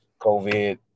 covid